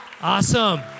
Awesome